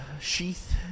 sheath